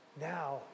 Now